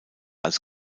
als